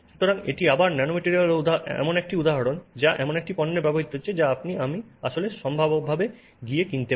সুতরাং এটি আবার একটি ন্যানোম্যাটরিয়ালের উদাহরণ যা এমন একটি পণ্যে ব্যবহৃত হচ্ছে যা আপনি এবং আমি আসলে সম্ভাব্যভাবে গিয়ে কিনতে পারি